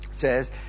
says